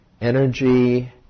energy